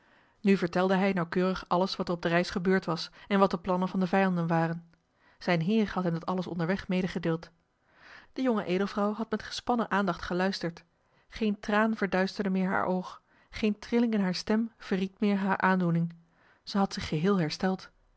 nu vertelde hij nauwkeurig alles wat er op de reis gebeurd was en wat de plannen van de vijanden waren zijn heer had hem dat alles onderweg medegedeeld de jonge edelvrouw had met gespannen aandacht geluisterd geen traan verduisterde meer haar oog geen trilling in hare stem verried meer hare aandoening zij had zich geheel hersteld